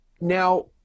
now